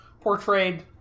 portrayed